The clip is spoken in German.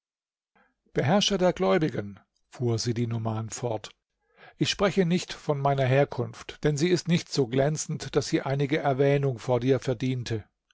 beherrscher der gläubigen fuhr sidi numan fort ich spreche nicht von meiner herkunft denn sie ist nicht so glänzend daß sie einige erwähnung vor dir verdiente